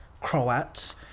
croats